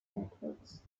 networks